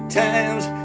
times